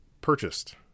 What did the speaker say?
purchased